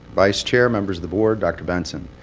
vice chair, members of the board, dr. benson.